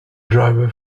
driver